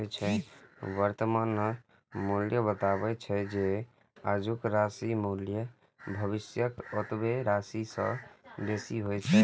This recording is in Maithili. वर्तमान मूल्य बतबै छै, जे आजुक राशिक मूल्य भविष्यक ओतबे राशि सं बेसी होइ छै